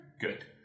Good